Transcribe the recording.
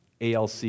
ALC